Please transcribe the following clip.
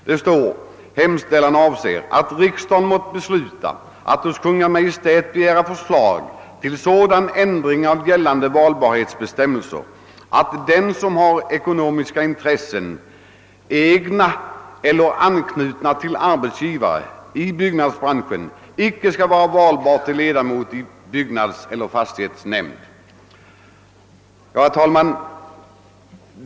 Motionärerna hemställer nämligen »att riksdagen måtte besluta att hos Kungl. Maj:t begära förslag till sådan ändring av gällande valbarhetsbestämmelser att den som har ekonomiska intressen — egna eller anknutna till arbetsgivare — i byggnadsbranschen icke skall vara valbar till ledamot av byggnadseller fastighetsnämnd».